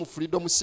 Freedom